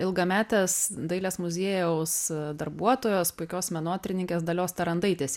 ilgametės dailės muziejaus darbuotojos puikios menotyrininkės dalios tarandaitės